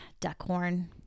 Duckhorn